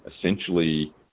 essentially